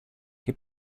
che